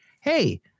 hey